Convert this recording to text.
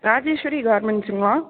Rajeswari கார்மெண்ட்ஸுங்களா